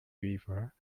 beaver